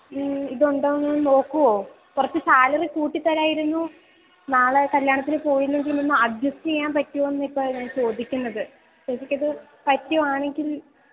ഇത് ഉണ്ടോ എന്ന് നോക്കുമോ കുറച്ച് സാലറി കൂട്ടിത്തരാമായിരുന്നു നാളെ കല്യാണത്തിന് പോയില്ലെങ്കിൽ ഒന്ന് അഡ്ജസ്റ്റ് ചെയ്യാന് പറ്റുമോ എന്ന് ഇപ്പം ഞാന് ചോദിക്കുന്നത് ചേച്ചിക്കത് പറ്റുകയാണെങ്കിൽ